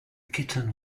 kitten